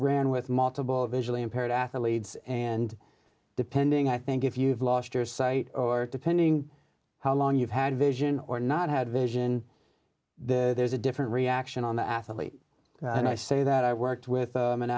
ran with multiple visually impaired athletes and depending i think if you've lost your sight or depending how long you've had vision or not had vision there's a different reaction on the athlete and i say that i worked